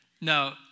No